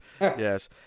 Yes